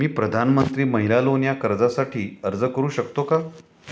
मी प्रधानमंत्री महिला लोन या कर्जासाठी अर्ज करू शकतो का?